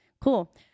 Cool